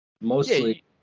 Mostly